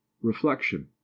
Reflection